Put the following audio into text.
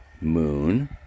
moon